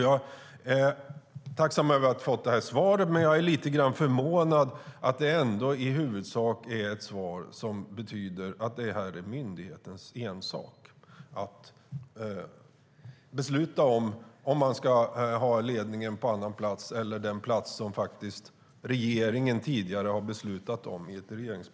Jag är tacksam för svaret, men jag är lite förvånad över att svaret innebär att det är myndighetens ensak att besluta om ledningen ska finnas på annan plats eller på den plats som regeringen tidigare har beslutat.